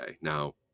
Now